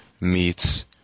meets